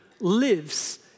lives